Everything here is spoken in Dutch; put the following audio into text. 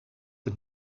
een